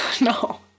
No